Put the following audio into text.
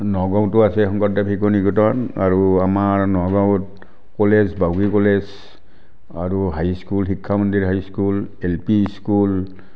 নগাঁওতো আছে শংকৰদেৱ শিশু নিকেতন আৰু আমাৰ নগাঁৱত কলেজ বাউসী কলেজ আৰু high school Shikshamandir high school L P school